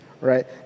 right